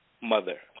mother